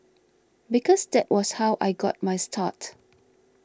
because that was how I got my start